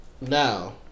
now